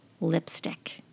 lipstick